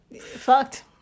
Fucked